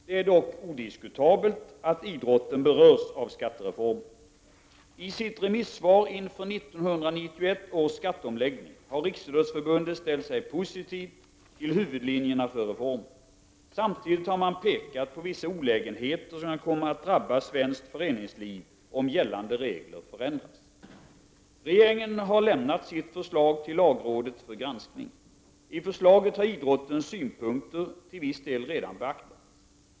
Det är dock odiskutabelt att idrotten berörs av skattereformen. I sitt remissvar inför 1991 års skatteomläggning har man från Riksidrottsförbundet ställt sig positiv till huvudlinjerna för reformen. Samtidigt har man pekat på vissa olägenheter som kan komma att drabba svenskt föreningsliv, om gällande regler förändras. Regeringen har lämnat sitt förslag till lagrådet för granskning. I förslaget har idrottens synpunkter till viss del redan beaktats.